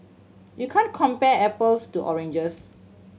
you can't compare apples to oranges